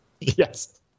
Yes